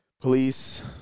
police